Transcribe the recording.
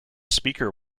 speaker